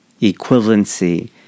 equivalency